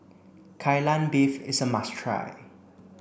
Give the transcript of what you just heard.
Kai Lan Beef is a must try